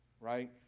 right